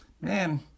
Man